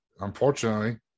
Unfortunately